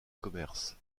commerces